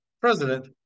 president